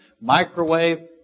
microwave